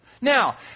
Now